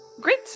great